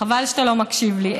חבל שאתה לא מקשיב לי.